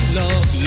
love